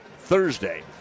Thursday